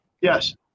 Yes